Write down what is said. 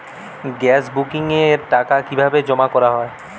Gas বুকিংয়ের টাকা কিভাবে জমা করা হয়?